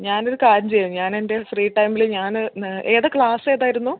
ഞാനൊരു കാര്യം ചെയ്യാം ഞാൻ എൻ്റെ ഫ്രീ ടൈമിൽ ഞാൻ ഏതാണ് ക്ലാസ് ഏതായിരുന്നു